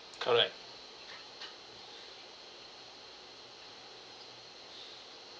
correct